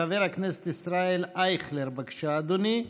חבר הכנסת ישראל אייכלר, בבקשה, אדוני.